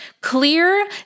clear